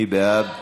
מי בעד?